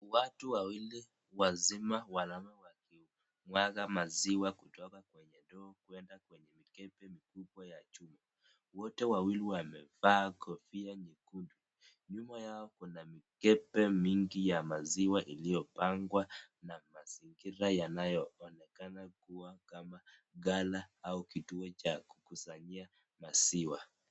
Watu wawili wazima wanaonekana wakimwaga maziwa kutoka kwenye ndoo na kuweka kwenye mikebe mikubwa ya chupa. Wote wawili wamevaa kofia nyekundu. Nyuma yao kuna mikebe mingi ya maziwa iliopangwa na mazingira yanayoonekana kuwa kama gala au kituo cha kukusanyia maziwa.